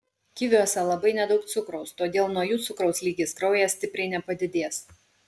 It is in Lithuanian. kiviuose labai nedaug cukraus todėl nuo jų cukraus lygis kraujyje stipriai nepadidės